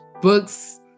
books